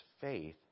faith